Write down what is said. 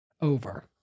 over